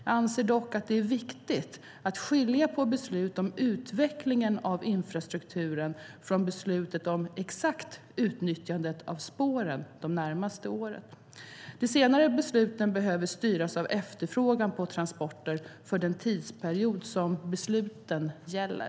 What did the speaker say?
Jag anser dock att det är viktigt att skilja på beslut om utveckling av infrastrukturen och beslut om exakt utnyttjande av spåren det närmaste året. De senare besluten behöver styras av efterfrågan på transporter för den tidsperiod som besluten gäller.